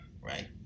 Right